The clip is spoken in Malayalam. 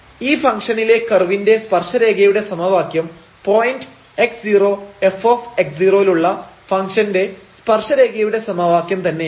ഈ ഫംഗ്ഷനിലെ കർവിന്റെ സ്പർശരേഖയുടെ സമവാക്യം പോയിന്റ് x0 f ലുള്ള ഫംഗ്ഷന്റെ സ്പർശരേഖയുടെ സമവാക്യം തന്നെയാണ്